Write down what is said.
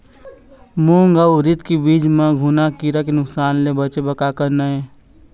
मूंग अउ उरीद के बीज म घुना किरा के नुकसान ले बचे बर का करना ये?